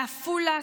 מעפולה,